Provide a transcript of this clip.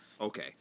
Okay